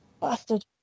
bastard